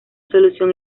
solución